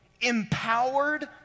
empowered